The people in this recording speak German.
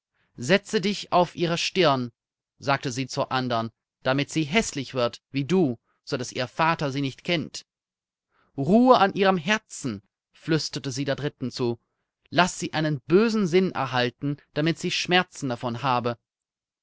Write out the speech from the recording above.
setze dich auf ihre stirn sagte sie zur andern damit sie häßlich wird wie du sodaß ihr vater sie nicht kennt ruhe an ihrem herzen flüsterte sie der dritten zu laß sie einen bösen sinn erhalten damit sie schmerzen davon habe